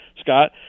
Scott